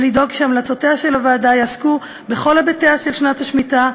ולדאוג שהמלצותיה של הוועדה יעסקו בכל היבטיה של שנת השמיטה,